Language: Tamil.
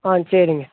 ஆ சரிங்க